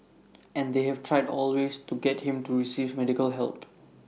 and they have tried all ways to get him to receive medical help